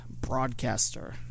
broadcaster